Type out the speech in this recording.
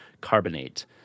carbonate